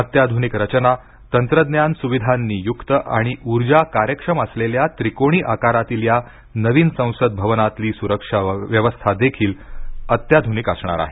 अत्याधुनिक रचना तंत्रज्ञान सुविधांनी युक्त आणि ऊर्जा कार्यक्षम असलेल्या त्रिकोणी आकारातील या नवीन संसद भवनातली सुरक्षा व्यवस्था देखील अत्याधुनिक असेल